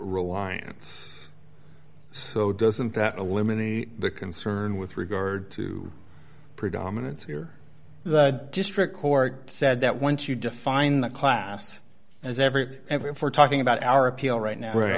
reliance so doesn't that eliminate the concern with regard to predominance here the district court said that once you define that class as every every if we're talking about our appeal right now we're